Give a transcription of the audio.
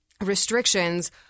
restrictions